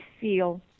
feel